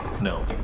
No